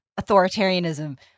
authoritarianism